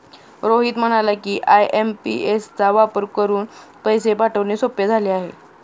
रोहित म्हणाला की, आय.एम.पी.एस चा वापर करून पैसे पाठवणे सोपे झाले आहे